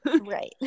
Right